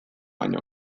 baino